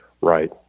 Right